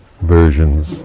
versions